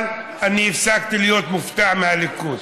אבל אני הפסקתי להיות מופתע מהליכוד.